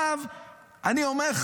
כולם התחילו, אמרו,